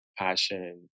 passion